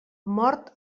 mor